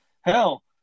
Hell